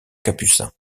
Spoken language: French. capucins